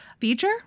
feature